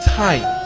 time